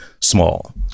small